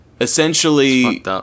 essentially